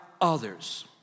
others